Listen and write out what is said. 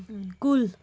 کُل